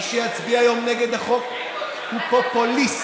מי שיצביע היום נגד החוק הוא פופוליסט,